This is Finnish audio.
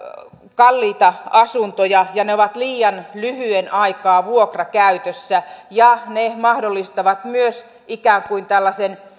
kalliita asuntoja ne ovat liian lyhyen aikaa vuokrakäytössä ja ne mahdollistavat myös ikään kuin tällaisen